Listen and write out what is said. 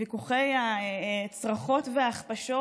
ויכוחי הצרחות וההכפשות